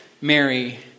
Mary